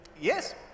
Yes